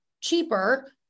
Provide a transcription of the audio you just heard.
cheaper